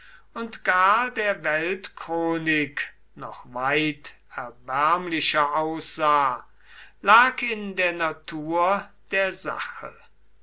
und gar der weltchronik noch weit erbärmlicher aussah lag in der natur der sache